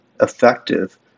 effective